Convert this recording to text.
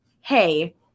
hey